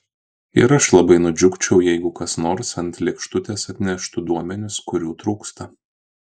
ir aš labai nudžiugčiau jei kas nors ant lėkštutės atneštų duomenis kurių trūksta